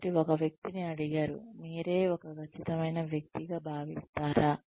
కాబట్టి ఒక వ్యక్తిని అడిగారు మీరే ఒక ఖచ్చితమైన వ్యక్తిగా భావిస్తారా